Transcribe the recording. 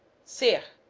see ir,